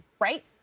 right